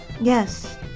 Yes